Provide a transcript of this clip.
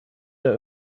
der